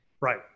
Right